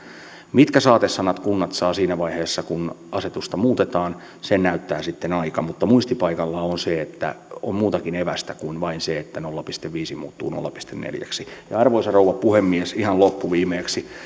mitkä saatesanat kunnat saavat siinä vaiheessa kun asetusta muutetaan sen näyttää sitten aika mutta muistipaikalla on se että on muutakin evästä kuin vain se että nolla pilkku viisi muuttuu nolla pilkku neljäksi arvoisa puhemies ihan loppuviimeksi